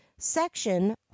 section